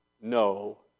no